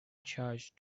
charge